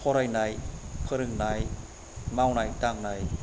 फरायनाय फोरोंनाय मावनाय दांनाय